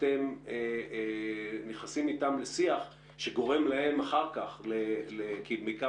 אתם נכנסים איתם לשיח שגורם להם אחר כך כי הם בעיקר